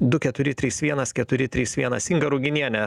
du keturi trys vienas keturi trys vienas inga ruginienė